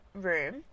room